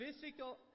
Physical